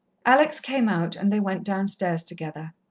alex came out, and they went downstairs together,